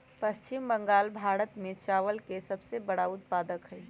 पश्चिम बंगाल भारत में चावल के सबसे बड़ा उत्पादक हई